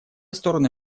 стороны